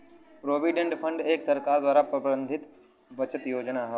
provident fund एक सरकार द्वारा प्रबंधित बचत योजना हौ